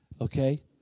Okay